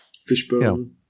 Fishbone